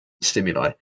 stimuli